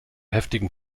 heftigen